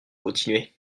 continuer